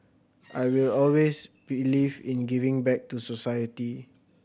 I will always believe in giving back to society